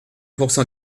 pourcent